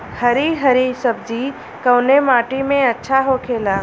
हरी हरी सब्जी कवने माटी में अच्छा होखेला?